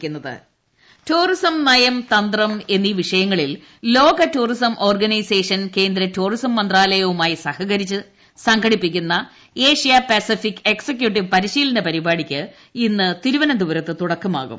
ടട്ടടടടടടടടടടടട ലോക tourism tourism നയം തന്ത്രം എന്നീ വിഷയങ്ങളിൽ ലോക ടൂറിസം ഓർഗനൈസേഷൻ കേന്ദ്ര ടൂറിസം മന്ത്ര്യാലയവുമായി സഹകരിച്ച് സംഘടിപ്പിക്കുന്ന ഏഷ്യാ പസഫിക്ട് റിഎക്സിക്യുട്ടീവ് പരിശീലന പരിപാടിക്ക് ഇന്ന് തിരുവനന്തപുരത്ത് തുടക്കമാകും